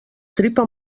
tripa